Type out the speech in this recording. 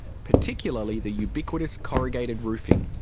particularly the ubiquitous corrugated roofing.